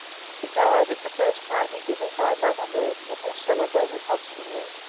he died at the first party given by mother murden at her celebrated hostelry.